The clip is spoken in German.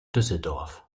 düsseldorf